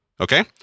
okay